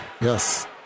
yes